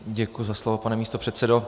Děkuji za slovo, pane místopředsedo.